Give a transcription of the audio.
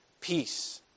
peace